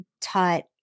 taught